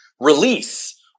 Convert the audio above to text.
release